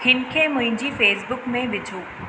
हिनखे मुंहिंजी फेसबुक में विझो